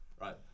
right